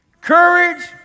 Courage